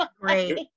Great